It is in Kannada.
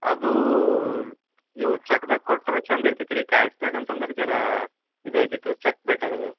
ಅದು ನೀವು ಚಕ್ದಾಗ ಕೊಟ್ಟರೆ ಚಂದ ಇರ್ತೈತಿ ರೀ ಕ್ಯಾಶ್ದಾಗ ಅಂತಂದ್ರ ಜರಾ ಇದು ಐತೈತು ಚಕ್ ಬೆಟರ್ ಅದ